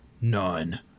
none